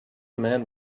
man